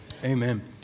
Amen